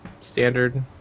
standard